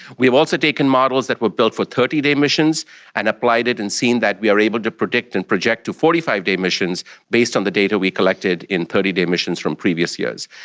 we have also taken models that were built for thirty day missions and applied it and seen that we are able to predict and project to forty five day missions based on the data we collected in thirty day missions from previous years.